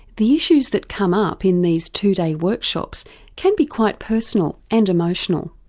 the issues that come up in these two-day workshops can be quite personal and emotional.